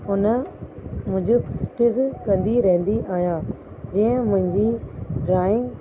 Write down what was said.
हुन मुंहिंजो कंदी रहंदी आहियां जीअं मुंहिंजी ड्रॉइंग